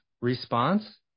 response